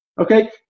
okay